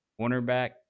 cornerback